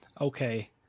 Okay